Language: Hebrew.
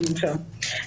שלום שלום.